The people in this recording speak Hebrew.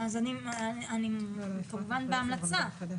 כמובן כהמלצה,